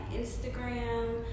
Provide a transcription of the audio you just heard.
Instagram